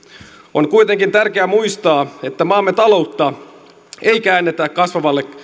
on kuitenkin tärkeä muistaa että maamme taloutta ei käännetä kasvavalle